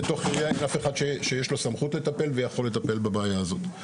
בתוך חיריה אין אף אחד שיש לו סמכות לטפל ויכול לטפל בבעיה הזאת.